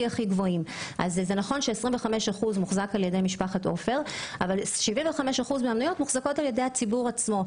נכון ש-25% מוחזק על ידי משפחת עופר אבל 75% מוחזקים בידי הציבור עצמו.